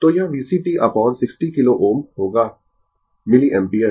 तो यह VCt upon 60 kilo Ω होगा मिलिएम्पियर